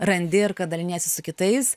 randi ir kad daliniesi su kitais